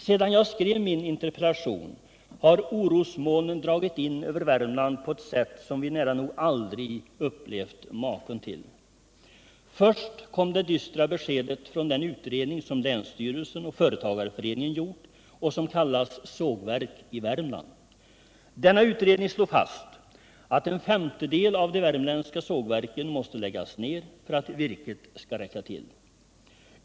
Sedan jag skrev min interpellation har orosmolnen dragit in över Värmland på ett sätt som vi nära nog aldrig upplevt maken till. Först kom det dystra beskedet från den utredning som länsstyrelsen och företagareföreningen gjort och som kallas Sågverk i Värmland. Denna utredning slog fast att en femtedel av de värmländska sågverken måste läggas ned för att virket skall räcka till.